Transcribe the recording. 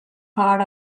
part